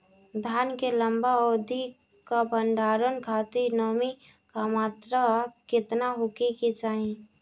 धान के लंबा अवधि क भंडारण खातिर नमी क मात्रा केतना होके के चाही?